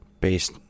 Based